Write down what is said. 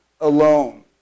alone